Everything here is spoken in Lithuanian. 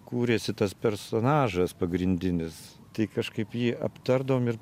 kūrėsi tas personažas pagrindinis tai kažkaip jį aptardavom ir